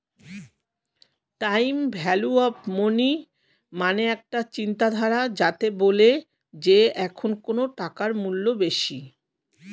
time value of money মানে একটা চিন্তাধারা যাতে বলে যে এখন কোন টাকার মূল্য বেশি